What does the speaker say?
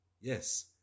yes